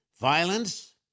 Violence